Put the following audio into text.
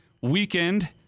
weekend